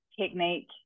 technique